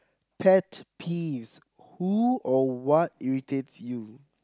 pet peeves who or what irritates you